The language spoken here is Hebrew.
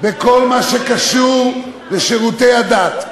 אובססיביות בכל מה שקשור לשירותי הדת.